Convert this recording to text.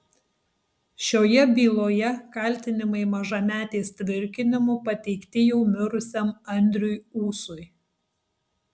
šioje byloje kaltinimai mažametės tvirkinimu pateikti jau mirusiam andriui ūsui